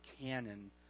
canon